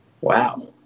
Wow